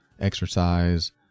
exercise